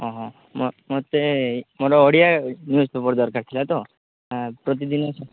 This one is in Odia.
ମୋତେ ମୋର ଓଡ଼ିଆ ନ୍ୟୁଜ୍ପେପର୍ ଦରକାର ଥିଲା ତ ପ୍ରତିଦିନ